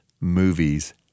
Movies